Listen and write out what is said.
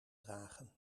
dragen